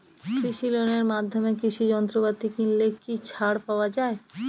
কৃষি লোনের মাধ্যমে কৃষি যন্ত্রপাতি কিনলে কি ছাড় পাওয়া যায়?